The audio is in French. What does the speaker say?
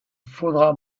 faudra